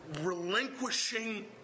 relinquishing